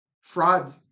fraud